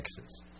Texas